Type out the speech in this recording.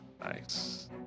Nice